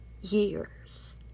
years